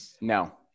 No